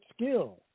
skill